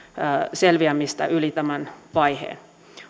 selviämistä yli tämän vaiheen